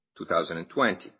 2020